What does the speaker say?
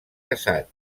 casat